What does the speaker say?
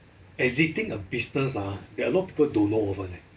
exiting a business ah that a lot of people don't know over leh